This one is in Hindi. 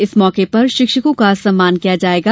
इस मौके पर शिक्षकों का सम्मान किया जायेगा